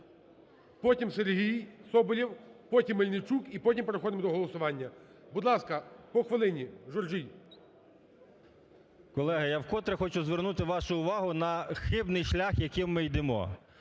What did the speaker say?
потім Сершій Соболєв, потім Мельничук і потім переходимо до голосування. Будь ласка, по хвилині. Журжій. 13:47:21 ЖУРЖІЙ А.В. Колеги, я вкотре хочу звернути вашу увагу на хибний шлях, яким ми йдемо.